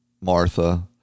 Martha